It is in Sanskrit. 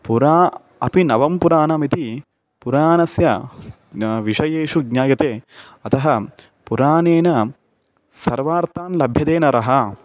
पुरा अपि नवं पुराणमिति पुराणस्य न विषयेषु ज्ञायते अतः पुराणेन सर्वार्थान् लभ्यते नरः